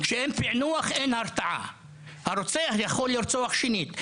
כשאין פיענוח אין הרתעה, הרוצח יכול לרצוח שנית.